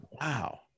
Wow